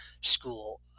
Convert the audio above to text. school